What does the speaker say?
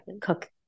cook